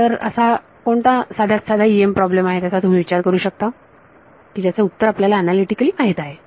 तर असा कोणता साध्यात साधा EM प्रॉब्लेम आहे त्याचा तुम्ही विचार करू शकता की ज्याचे उत्तर आपल्याला अनालीटीकली माहित आहे